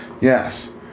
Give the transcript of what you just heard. Yes